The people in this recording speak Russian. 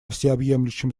всеобъемлющем